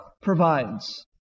provides